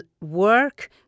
work